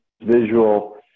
visual